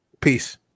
peace